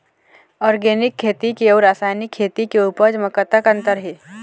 Organic खेती के अउ रासायनिक खेती के उपज म कतक अंतर हे?